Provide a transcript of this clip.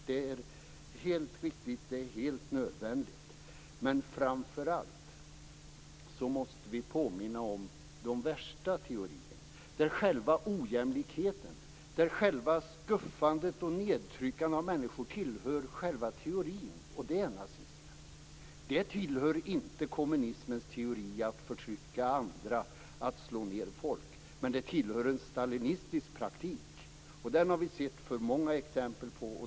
Det är viktigt och nödvändigt. Men vi måste framför allt påminna om den värsta teorin, där själva ojämlikheten, skuffandet och nedtryckandet av människor tillhör själva teorin, nämligen nazismen. Det tillhör inte kommunismens teori att förtrycka andra och att slå ned folk. Men det tillhör en stalinistisk praktik. Den har vi sett för många exempel på.